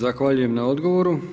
Zahvaljujem na odgovoru.